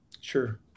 Sure